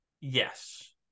Yes